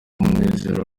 umunezero